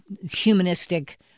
humanistic